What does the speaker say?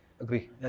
Agree